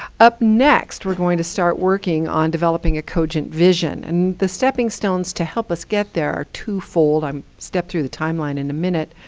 up next, we're going to start working on developing a cogent vision. and the stepping stones to help us get there are two-fold. i'll um step through the timeline in a minute.